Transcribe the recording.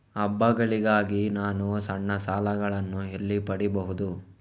ಹಬ್ಬಗಳಿಗಾಗಿ ನಾನು ಸಣ್ಣ ಸಾಲಗಳನ್ನು ಎಲ್ಲಿ ಪಡಿಬಹುದು?